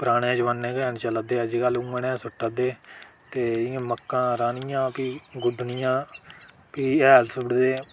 पराने जमाने गै हैन चलै दे अज्जकल उ'यां नेहा सुट्टा दे ते इ'यां मक्कां राह्नियां फ्ही गुड्डनियां फ्ही हैल सुट्टदे